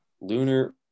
lunar